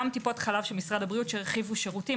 גם טיפות חלב של משרד הבריאות שהרחיבו שירותים,